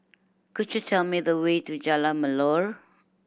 could you tell me the way to Jalan Melor